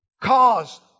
caused